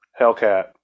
Hellcat